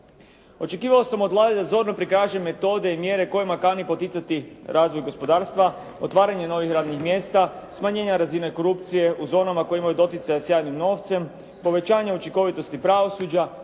Očekivao sam od Vlade da zorno prikaže metode i mjere kojima kani poticati razvoj gospodarstva, otvaranje novih radnih mjesta, smanjenja razine korupcije u zonama koje imaju doticaja s javnim novcem, povećanje učinkovitosti pravosuđa